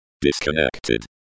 Disconnected